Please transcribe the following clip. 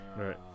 Right